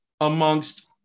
amongst